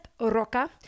roca